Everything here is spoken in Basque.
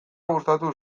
gustatu